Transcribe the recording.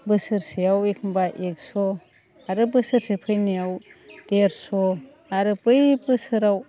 बोसोरसेयाव एखमब्ला एकस' आरो बोसोरसे फैनायाव देरस' आरो बै बोसोराव